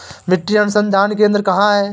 मिट्टी अनुसंधान केंद्र कहाँ है?